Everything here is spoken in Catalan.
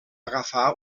agafar